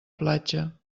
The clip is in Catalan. platja